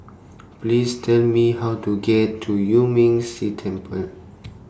Please Tell Me How to get to Yuan Ming Si Temple